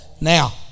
Now